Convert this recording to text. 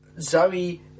Zoe